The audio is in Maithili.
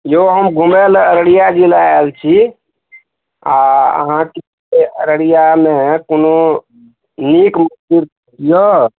यौ हम घुमै लए अररिया जिला आयल छी आ अहाँके अररियामे कोनो नीक मन्दिर यऽ